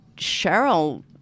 Cheryl